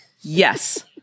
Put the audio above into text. Yes